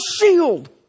shield